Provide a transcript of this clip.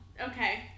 Okay